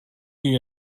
you